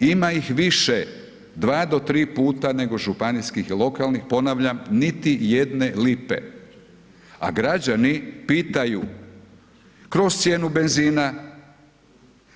Ima ih više 2 do 3 puta nego županijskih i lokalnih, ponavljam niti jedne lipe, a građani pitaju kroz cijenu benzina,